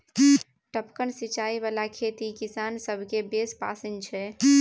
टपकन सिचाई बला खेती किसान सभकेँ बेस पसिन छै